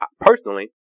personally